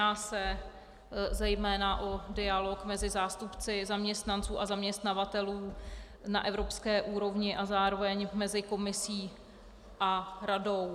Jedná se zejména o dialog mezi zástupci zaměstnanců a zaměstnavatelů na evropské úrovni a zároveň mezi Komisí a Radou.